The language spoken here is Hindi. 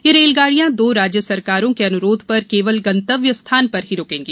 ये रेलगाड़ियां दो राज्य सरकारों के अनुरोध पर केवल गंतव्य स्थान पर ही रुकेंगी